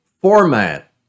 format